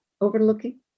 overlooking